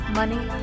money